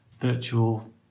virtual